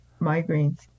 migraines